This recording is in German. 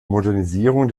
modernisierung